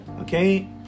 Okay